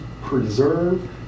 preserve